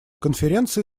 конференции